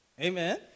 Amen